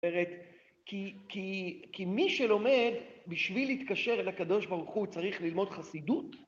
כי מי שלומד בשביל להתקשר אל הקדוש ברוך הוא צריך ללמוד חסידות